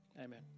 amen